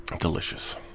Delicious